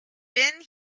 been